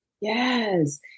Yes